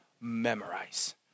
memorize